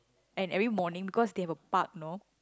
and every morning because they have a park you know